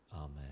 Amen